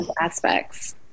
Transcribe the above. Aspects